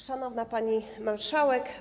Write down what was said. Szanowna Pani Marszałek!